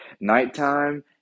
nighttime